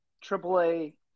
triple-A